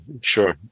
sure